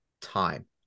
time